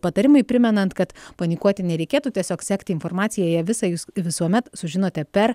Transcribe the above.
patarimai primenant kad panikuoti nereikėtų tiesiog sekti informaciją ją visą jūs visuomet sužinote per